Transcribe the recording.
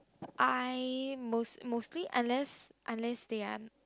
I most mostly unless unless they are